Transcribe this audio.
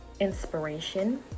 inspiration